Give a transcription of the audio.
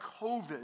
COVID